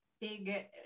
big